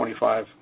25